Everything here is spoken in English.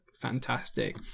fantastic